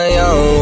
young